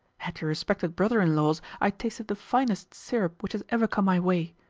at your respected brother-in-law's i tasted the finest syrup which has ever come my way,